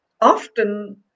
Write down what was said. often